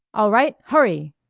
all right! hurry!